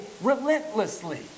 relentlessly